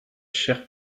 chère